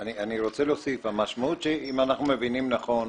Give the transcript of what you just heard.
אני רוצה להוסיף: אם אנחנו מבינים נכון,